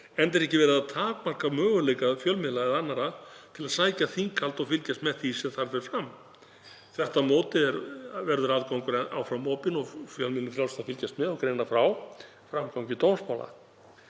enda er ekki verið að takmarka möguleika fjölmiðla eða annarra til að sækja þinghald og fylgjast með því sem þar fer fram. Þvert á móti verður aðgangur áfram opinn og fjölmiðlum frjálst að fylgjast með og greina frá framgangi dómsmála.